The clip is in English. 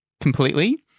completely